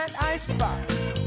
icebox